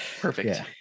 perfect